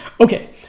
Okay